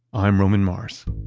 i'm roman mars